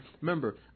Remember